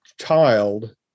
child